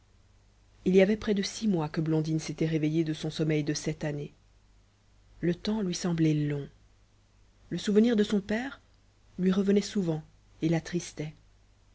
il y avait près de six mois que blondine s'était réveillée de son sommeil de sept années le temps lui semblait long le souvenir de son père lui revenait souvent et